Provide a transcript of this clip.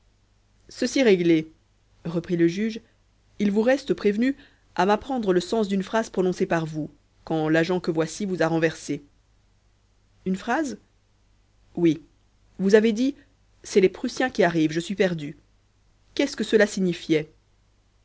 ceci réglé reprit le juge il vous reste prévenu à m'apprendre le sens d'une phrase prononcée par vous quand l'agent que voici vous a renversé une phrase oui vous avez dit c'est les prussiens qui arrivent je suis perdu qu'est-ce que cela signifiait